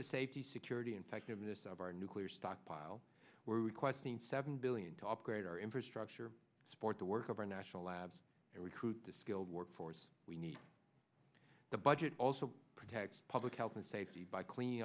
the safety security and practice of our nuclear stockpile we're requesting seven billion to upgrade our infrastructure support the work of our national labs and recruit the skilled workforce we need the budget also protects public health and safety by clean